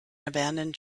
abandoned